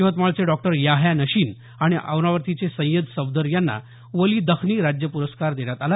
यवतमाळचे डॉक्टर याह्या नशीन आणि अमरावतीचे सय्यद सफदर यांना वली दख्नी राज्य प्रस्कार देण्यात आला